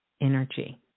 energy